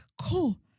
cool